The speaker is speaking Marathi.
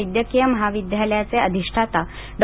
वैद्यकीय महाविद्यालयाचे अधिष्ठाता डॉ